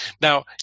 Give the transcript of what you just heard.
Now